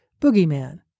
Boogeyman